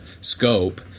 scope